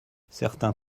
certains